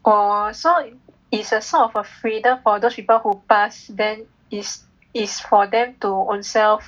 oh so it's a sort of a freedom for those people who pass then is is for them to own self